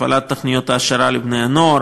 הפעלת תוכניות העשרה לבני-הנוער,